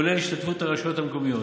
כולל השתתפות הרשויות המקומיות,